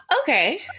Okay